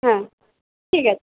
হ্যাঁ ঠিক আছে